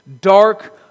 dark